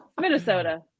Minnesota